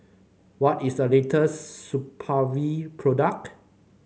what is the latest Supravit product